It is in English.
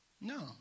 no